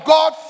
God